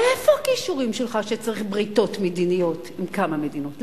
איפה הכישורים שלך כשצריך בריתות מדיניות עם כמה מדינות?